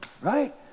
right